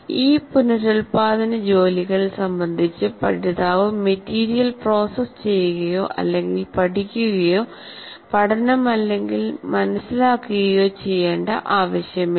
ഈ പുനരുൽപാദന ജോലികൾ സംബന്ധിച്ച് പഠിതാവ് മെറ്റീരിയൽ പ്രോസസ്സ് ചെയ്യുകയോ അല്ലെങ്കിൽ പഠിക്കുകയോ പഠനം അല്ലെങ്കിൽ മനസ്സിലാക്കുകയോ ചെയ്യേണ്ട ആവശ്യമില്ല